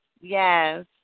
Yes